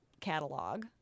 catalog